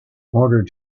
order